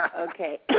Okay